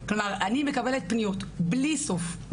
אני מקבלת פניות בלי סוף,